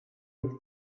nichts